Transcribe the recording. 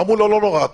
אמרו לו: לא נורא,